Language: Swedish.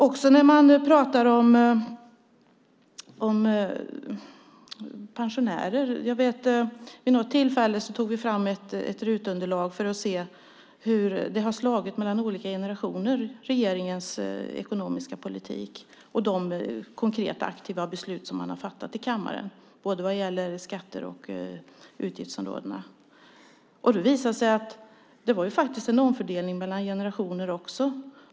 Också när man pratar om pensionärer vet jag att vi vid något tillfälle tog fram ett underlag från utredningstjänsten för att se hur regeringens ekonomiska politik och de konkreta aktiva beslut som man har fattat i kammaren, både vad gäller skatter och utgiftsområdena, har slagit mellan olika generationer. Det visade sig att det faktiskt också fanns en omfördelning mellan generationer.